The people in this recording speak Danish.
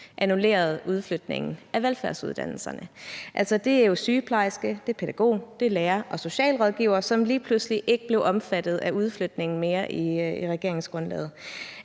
annullerede udflytningen af velfærdsuddannelserne. Altså, det er jo sygeplejersker, pædagoger og lærere og socialrådgivere, som lige pludselig ikke længere blev omfattet af udflytningen i regeringsgrundlaget.